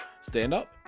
stand-up